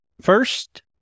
First